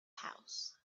house